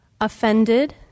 offended